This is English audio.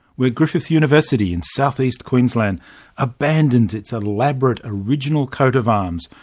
where griffith university in south east queensland abandons its elaborate original coat of arms,